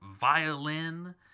violin